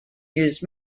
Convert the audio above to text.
used